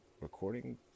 recording